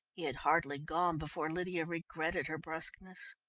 he had hardly gone before lydia regretted her brusqueness.